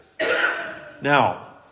Now